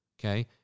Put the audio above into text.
okay